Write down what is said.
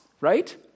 right